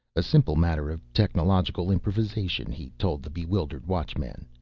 a simple matter of technological improvisation, he told the bewildered watchman.